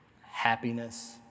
happiness